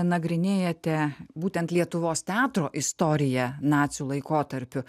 nagrinėjate būtent lietuvos teatro istoriją nacių laikotarpiu